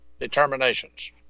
determinations